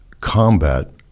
combat